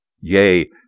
Yea